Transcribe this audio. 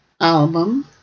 album